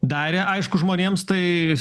darė aišku žmonėms tai